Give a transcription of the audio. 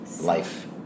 life